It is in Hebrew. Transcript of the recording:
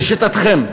לשיטתכם,